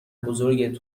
بزرگ